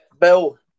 Bill